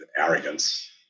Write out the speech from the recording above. arrogance